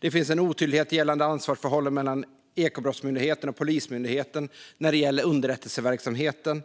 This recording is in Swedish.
Det finns en otydlighet gällande ansvarsförhållandena mellan Ekobrottsmyndigheten och Polismyndigheten när det gäller underrättelseverksamheten.